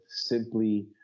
simply